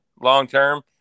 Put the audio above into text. long-term